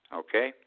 okay